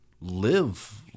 live